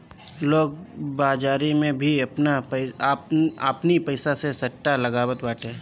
लोग बाजारी में भी आपनी पईसा से सट्टा लगावत बाटे